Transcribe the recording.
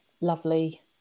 lovely